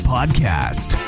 Podcast